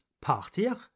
partir